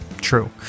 true